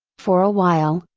for a while,